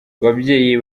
ababyeyi